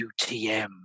UTM